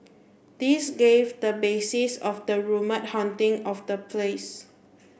this gave the basis of the rumour haunting of the place